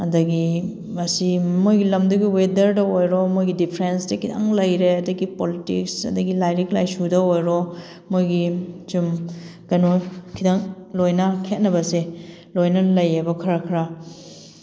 ꯑꯗꯒꯤ ꯃꯁꯤ ꯃꯣꯏꯒꯤ ꯂꯝꯗꯨꯒꯤ ꯋꯦꯗꯔꯗ ꯑꯣꯏꯔꯣ ꯃꯣꯏꯒꯤ ꯗꯤꯐ꯭ꯔꯦꯝꯁꯇꯤ ꯈꯤꯇꯪ ꯂꯩꯔꯦ ꯑꯗꯒꯤ ꯄꯣꯂꯤꯇꯤꯛꯁ ꯑꯗꯒꯤ ꯃꯣꯏꯒꯤ ꯂꯥꯏꯔꯤꯛ ꯂꯥꯏꯁꯨꯗ ꯑꯣꯏꯔꯣ ꯃꯣꯏꯒꯤ ꯁꯨꯝ ꯀꯩꯅꯣ ꯈꯤꯇꯪ ꯂꯣꯏꯅ ꯈꯦꯠꯅꯕꯁꯦ ꯂꯣꯏꯅ ꯂꯩꯌꯦꯕ ꯈꯔ ꯈꯔ